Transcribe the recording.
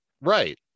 Right